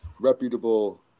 reputable